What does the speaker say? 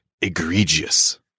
egregious